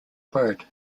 word